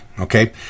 okay